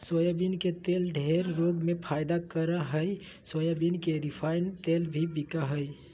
soybean के तेल ढेर रोग में फायदा करा हइ सोयाबीन के रिफाइन तेल भी बिका हइ